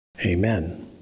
Amen